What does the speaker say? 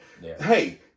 hey